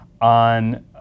on